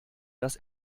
dass